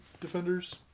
defenders